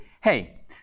hey